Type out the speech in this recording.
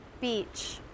Beach